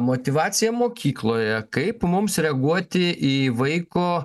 motyvaciją mokykloje kaip mums reaguoti į vaiko